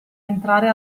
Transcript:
entrare